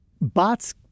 bot's